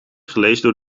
gelezen